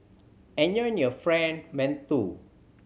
enjoy your Fried Mantou